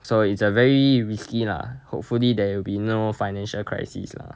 so it's a very risky lah hopefully there will be no financial crisis lah